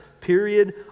period